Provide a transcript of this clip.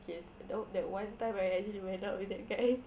okay the that one time I actually went out with that guy